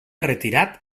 retirat